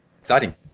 exciting